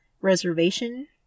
Reservation